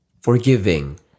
forgiving